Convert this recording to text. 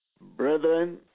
Brethren